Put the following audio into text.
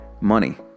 money